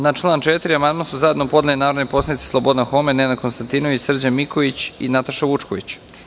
Na član 4. amandman su zajedno podneli narodni poslanici Slobodan Homen, Nenad Konstantinović, Srđan Miković i Nataša Vučković.